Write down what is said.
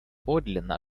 подлинно